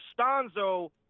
Costanzo –